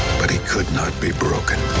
but he could not be broken.